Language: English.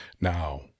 Now